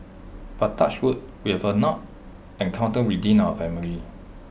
but touch wood we have not encountered within our family